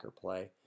play